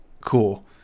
Cool